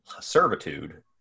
servitude